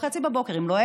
09:30. אם לא,